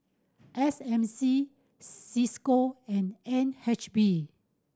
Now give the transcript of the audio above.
S M C Cisco and N H B